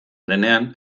denean